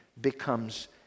becomes